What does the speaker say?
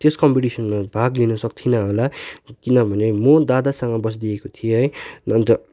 त्यस कम्पिटिसनमा भाग लिन सक्थिनँ होला किनभने मो दादासँग बसिदिएको थिएँ है अन्त